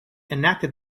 enacted